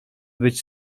być